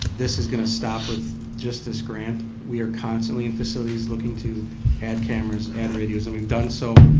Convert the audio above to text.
this is going to stop with just this grant. we are constantly in facilities looking to add cameras, add radios, and we've done so,